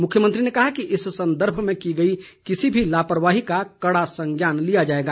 मुख्यमंत्री ने कहा कि इस संदर्भ में की गई किसी भी लापरवाही का कड़ा संज्ञान लिया जाएगा